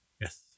yes